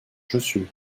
chaussures